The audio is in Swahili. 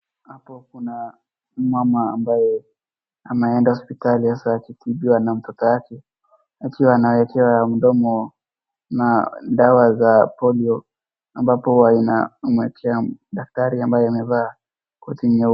Hapo kuna mmama ambaye ameenda hospitali sasa akitibiwa na mtoto yake akiwa anawekewa mdomo na dawa za polio ambapo inamwekea daktari ambaye amevaa koti nyeupe.